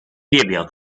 列表